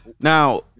Now